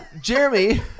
Jeremy